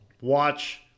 watch